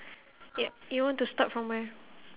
y~ you want to start from where